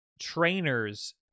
trainers